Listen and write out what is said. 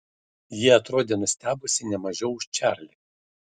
ji atrodė nustebusi ne mažiau už čarlį